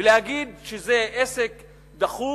להגיד שזה עסק דחוף,